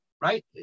right